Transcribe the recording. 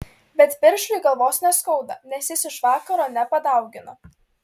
bet piršliui galvos neskauda nes jis iš vakaro nepadaugino